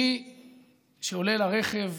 מי שעולה לרכב,